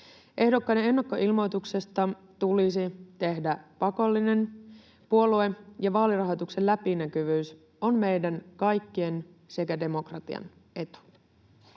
Ehdokkaiden ennakkoilmoituksesta tulisi tehdä pakollinen. Puolue‑ ja vaalirahoituksen läpinäkyvyys on meidän kaikkien sekä demokratian etu.